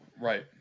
Right